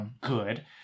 good